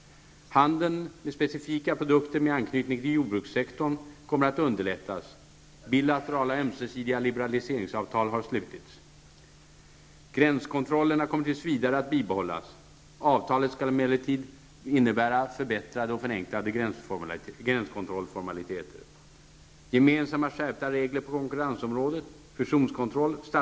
Handeln med specifika produkter med anknytning till jordbrukssektorn kommer att underlättas. Bilaterala ömsesidiga liberaliseringsavtal har slutits. Gränskontrollerna kommer tills vidare att bibehållas. Avtalet skall emellertid medföra förenklade och förbättrade gränskontrollformaliteter.